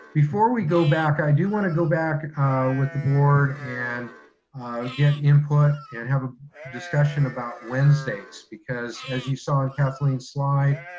before we go back, i do want to go back with the board and get input and have a discussion about wednesdays because as you saw in kathleen's slide,